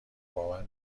باور